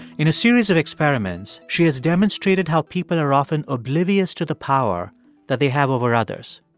in a series of experiments, she has demonstrated how people are often oblivious to the power that they have over others.